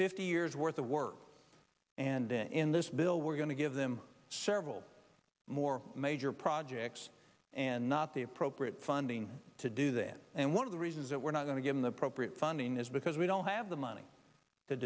fifty years worth of work and then in this bill we're going to give them several more major projects and not the appropriate funding to do that and one of the reasons that we're not going to give him the propre of funding is because we don't have the money to